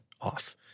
off